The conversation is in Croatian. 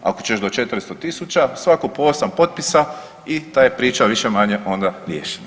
Ako ćeš do 400 000 svatko po 8 potpisa i ta je priča više-manje onda riješena.